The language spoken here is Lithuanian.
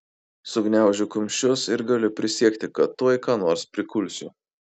sugniaužiu kumščius ir galiu prisiekti kad tuoj ką nors prikulsiu